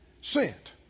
sent